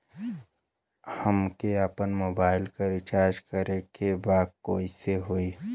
हमके आपन मोबाइल मे रिचार्ज करे के बा कैसे होई?